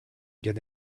get